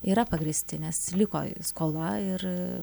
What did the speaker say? yra pagrįsti nes liko skola ir